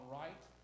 right